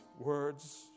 words